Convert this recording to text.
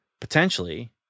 potentially